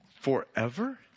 forever